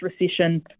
recession